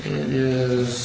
is